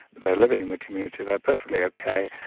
they are living in the community, they are perfectly ok,